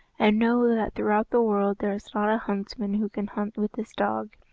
and know that throughout the world there is not a huntsman who can hunt with this dog,